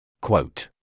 Quote